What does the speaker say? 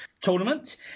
tournament